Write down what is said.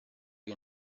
che